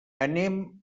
anem